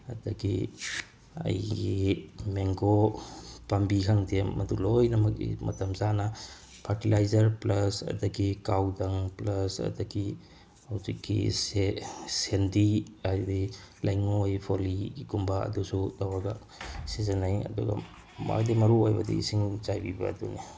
ꯑꯗꯒꯤ ꯑꯩꯒꯤ ꯃꯦꯡꯒꯣ ꯄꯥꯝꯕꯤ ꯈꯪꯗꯦ ꯃꯗꯨ ꯂꯣꯏꯅꯃꯛ ꯃꯇꯝ ꯆꯥꯅ ꯐꯔꯇꯤꯂꯥꯏꯖꯔ ꯄ꯭ꯂꯁ ꯑꯗꯒꯤ ꯀꯥꯎ ꯗꯪ ꯄ꯭ꯂꯁ ꯑꯗꯒꯤ ꯍꯧꯖꯤꯛꯀꯤ ꯁꯦꯟꯗꯤ ꯍꯥꯏꯕꯗꯤ ꯂꯩꯉꯣꯏ ꯐꯣꯜꯂꯤꯒꯨꯝꯕ ꯑꯗꯨꯁꯨ ꯇꯧꯔꯒ ꯁꯤꯖꯤꯟꯅꯩ ꯑꯗꯨꯒ ꯈ꯭ꯋꯥꯏꯗꯒꯤ ꯃꯔꯨ ꯑꯣꯏꯕꯗꯤ ꯏꯁꯤꯡ ꯆꯥꯏꯕꯤꯕ ꯑꯗꯨꯅꯤ